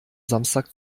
samstag